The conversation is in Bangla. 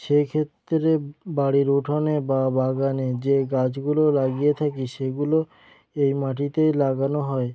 সেক্ষেত্রে বাড়ির উঠোনে বা বাগানে যে গাছগুলো লাগিয়ে থাকি সেগুলো এই মাটিতেই লাগানো হয়